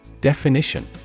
Definition